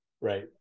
right